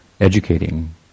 educating